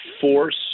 force